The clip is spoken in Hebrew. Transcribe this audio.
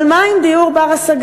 אבל מה עם דיור בר-השגה?